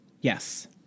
Yes